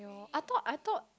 I thought I thought